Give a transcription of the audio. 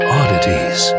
oddities